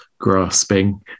grasping